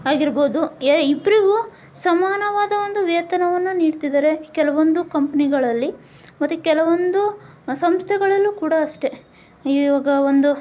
ಆಗಿರ್ಬೊದು ಎ ಇಬ್ಬರಿಗೂ ಸಮಾನವಾದ ಒಂದು ವೇತನವನ್ನು ನೀಡ್ತಿದ್ದಾರೆ ಕೆಲವೊಂದು ಕಂಪ್ನಿಗಳಲ್ಲಿ ಮತ್ತು ಕೆಲವೊಂದು ಸಂಸ್ಥೆಗಳಲ್ಲೂ ಕೂಡ ಅಷ್ಟೇ ಈವಾಗ ಒಂದು